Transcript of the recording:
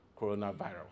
coronavirus